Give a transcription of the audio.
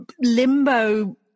limbo